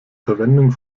verwendung